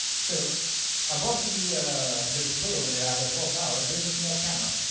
so above the the display over there at the twelfth hour there's a small camera,